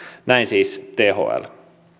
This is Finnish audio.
näin siis thl